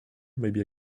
maybe